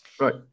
Right